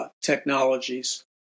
technologies